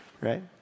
right